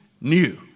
new